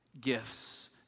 gifts